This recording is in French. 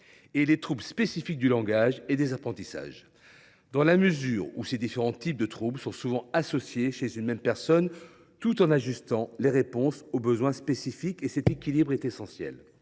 et les troubles spécifiques du langage et des apprentissages, dans la mesure où ces différents types de troubles sont souvent associés chez une même personne. Ils souhaitaient que les réponses soient ajustées aux besoins spécifiques de chacun. Cet équilibre est essentiel.